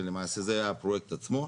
שלמעשה זה הפרויקט עצמו.